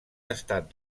estat